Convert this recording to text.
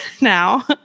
now